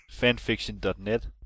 fanfiction.net